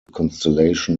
constellation